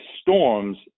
storms